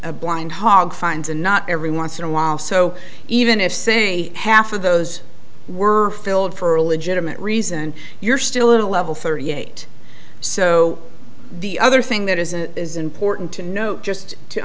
a blind hog finds and not every once in a while so even if say half of those were filled for a legitimate reason you're still in a level thirty eight so the other thing that isn't is important to note just to